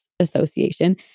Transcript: association